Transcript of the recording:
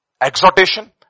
Exhortation